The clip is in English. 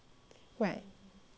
right like 将